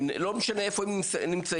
לא משנה איפה הם נמצאים,